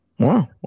Wow